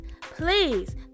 please